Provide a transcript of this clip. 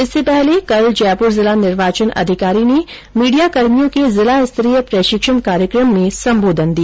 इससे पहले कल जयपुर जिला निर्वाचन अधिकारी ने मीडिया कर्मियों के जिलास्तरीय प्रशिक्षण कार्यक्रम में संबोधित किया